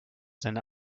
seine